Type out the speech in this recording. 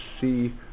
see